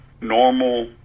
normal